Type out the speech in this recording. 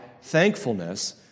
thankfulness